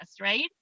right